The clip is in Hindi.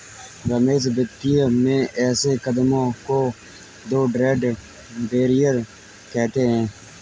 रमेश वित्तीय में ऐसे कदमों को तो ट्रेड बैरियर कहते हैं